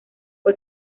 fue